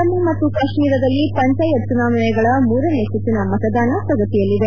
ಜಮ್ಮು ಮತ್ತು ಕಾಶ್ವೀರದಲ್ಲಿ ಪಂಚಾಯತ್ ಚುನಾವಣೆಗಳ ಮೂರನೇ ಸುತ್ತಿನ ಮತದಾನ ಪ್ರಗತಿಯಲ್ಲಿದೆ